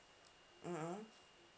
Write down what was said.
mm mm